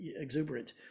exuberant